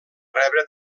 rebre